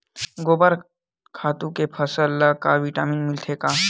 गोबर खातु ले फसल ल का विटामिन मिलथे का?